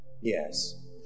Yes